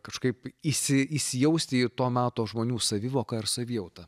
kažkaip įsi įsijausti į to meto žmonių savivoką ir savijautą